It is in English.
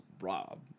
Rob